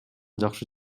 жакшы